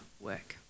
work